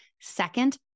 Second